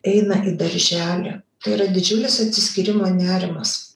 eina į darželį tai yra didžiulis atsiskyrimo nerimas